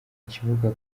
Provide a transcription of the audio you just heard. kibuga